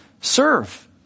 Serve